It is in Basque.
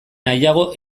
nahiago